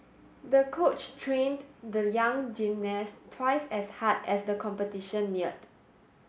the coach trained the young gymnast twice as hard as the competition neared